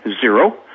zero